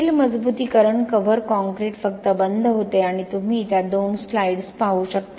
steel मजबुतीकरण cover concrete फक्त बंद होते आणि तुम्ही त्या दोन स्लाइड्स पाहू शकता